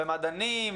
במה דנים?